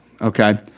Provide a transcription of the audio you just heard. Okay